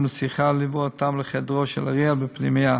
לשיחה וליווה אותם לחדרו של אריאל בפנימייה.